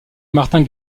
martin